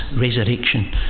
resurrection